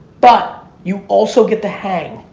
but you also get to hang.